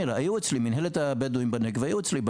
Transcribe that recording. מנהלת הבדואים בנגב היום אצלי,